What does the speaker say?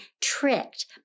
tricked